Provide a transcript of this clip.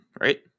right